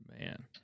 Man